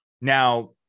Now